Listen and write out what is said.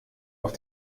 auf